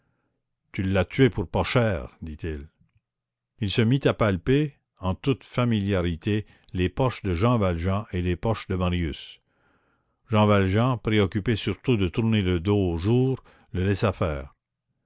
tu l'as tué pour pas cher dit-il il se mit à palper en toute familiarité les poches de jean valjean et les poches de marius jean valjean préoccupé surtout de tourner le dos au jour le laissait faire